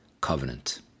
Covenant